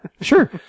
Sure